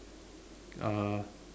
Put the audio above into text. uh